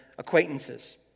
acquaintances